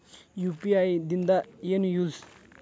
UPI ದಿಂದ ಏನು use?